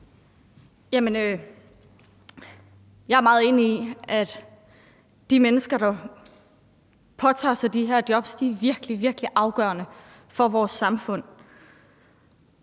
jeg er meget enig i, at de mennesker, der påtager sig de her jobs, er virkelig, virkelig afgørende for vores samfund.